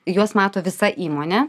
juos mato visa įmonė